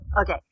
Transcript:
Okay